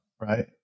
right